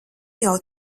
jau